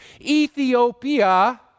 Ethiopia